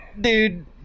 dude